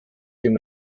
dem